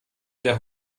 der